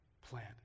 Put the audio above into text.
Plant